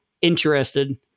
interested